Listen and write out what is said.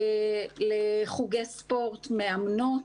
מדריכות לחוגי ספורט, מאמנות,